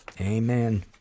amen